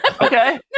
Okay